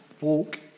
Walk